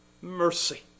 mercy